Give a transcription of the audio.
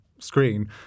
screen